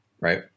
Right